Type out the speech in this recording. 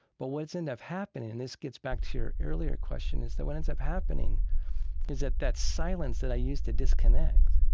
but what's ended up happening, and this gets back to your earlier question, is that what ends up happening is that that silence that i used to disconnect,